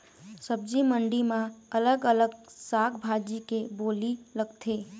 सब्जी मंडी म अलग अलग साग भाजी के बोली लगथे